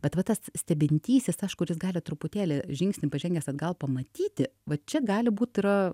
bet va tas stebintysis aš kuris gali truputėlį žingsnį pažengęs atgal pamatyti va čia gali būt yra